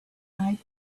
night